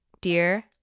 Dear